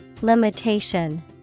Limitation